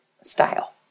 style